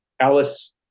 Alice